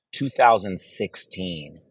2016